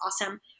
awesome